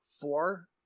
four